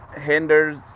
hinders